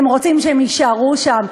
אתם רוצים שהם יישארו שם,